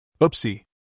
Oopsie